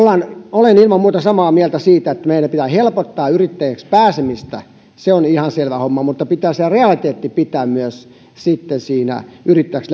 olen ilman muuta samaa mieltä siitä että meidän pitää helpottaa yrittäjäksi pääsemistä se on ihan selvä homma mutta pitää se realiteetti pitää myös sitten siinä yrittäjäksi